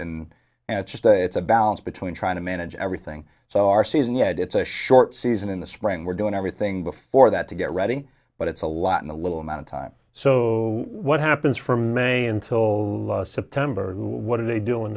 and it's just it's a balance between trying to manage everything so our season yet it's a short season in the spring we're doing everything before that to get ready but it's a lot in a little amount of time so what happens for many until september what did he do